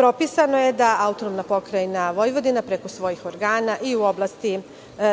Propisano je da AP Vojvodina preko svojih organa i u oblasti